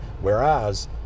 whereas